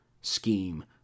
scheme